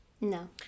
no